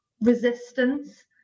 resistance